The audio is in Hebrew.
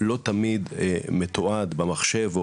לא תמיד מתועד במחשב,